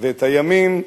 ואת הימים,